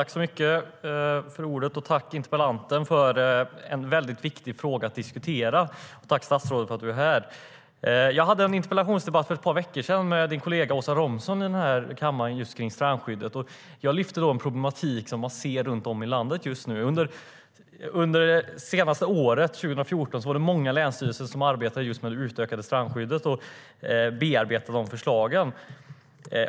Herr talman! Tack, interpellanten, för en väldigt viktig fråga att diskutera! Tack, statsrådet, för att du är här! Jag hade en interpellationsdebatt här i kammaren för ett par veckor sedan med din kollega Åsa Romson om just strandskyddet. Jag lyfte då fram den problematik som man ser runt om i landet. Under det senaste året, 2014, var det många länsstyrelser som arbetade med det utökade strandskyddet och bearbetade dessa förslag.